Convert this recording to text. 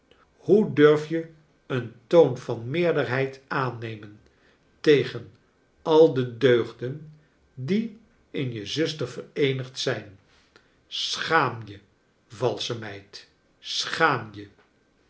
hoe durf je een toon van meerderheid aannemen tegen al de deugden die in je zuster vereenigd zijn schaam je valsche meid schaam